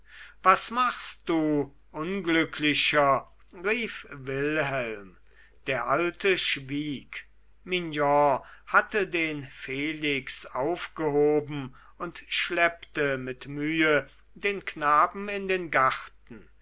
was machst du unglücklicher rief wilhelm der alte schwieg mignon hatte den felix aufgehoben und schleppte mit mühe den knaben in den garten